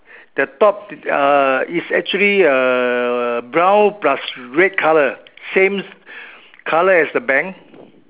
the top is err is actually err brown plus red colour same colour as the bank